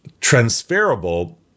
transferable